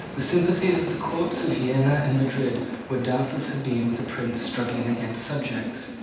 the sympathies of the courts of vienna and madrid would doubtless have been with a prince struggling against subjects,